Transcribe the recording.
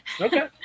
Okay